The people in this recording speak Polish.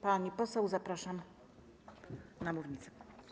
Pani poseł, zapraszam na mównicę.